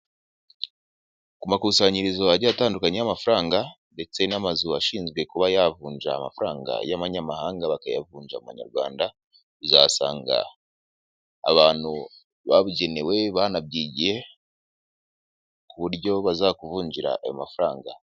Ku makusanyirizo agiye atandukanye y'amafaranga ndetse n'amazu ashinzwe kuba yavunja amafaranga y'manyamahanga bakayavunja mu manyarwanda, uzahasanga abantu babugenewe banabyigiye ku buryo bazakuvunjira ayo mafaranga.